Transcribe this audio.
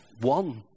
One